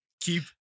Keep